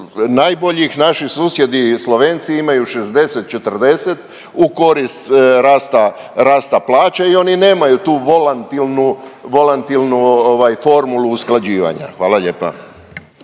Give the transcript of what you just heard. najboljih. Naši susjedi Slovenci imaju 60-40 u korist rasta plaće i oni nemaju tu volantilnu, volantilnu ovaj formulu usklađivanja. Hvala lijepa.